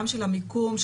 של המיקום,